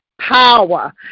power